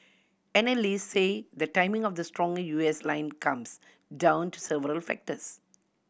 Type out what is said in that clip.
analysts say the timing of the stronger U S line comes down to several factors